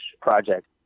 project